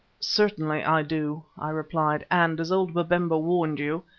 certainly, i do, i replied, and, as old babemba warned you,